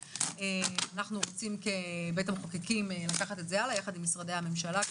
אנחנו רוצים כבית המחוקקים לקחת את זה הלאה יחד עם משרדי הממשלה,